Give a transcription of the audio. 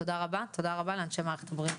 תודה רבה ותודה לאנשי מערכת הבריאות.